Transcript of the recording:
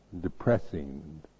depressing